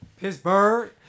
Pittsburgh